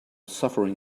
suffering